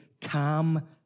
Calm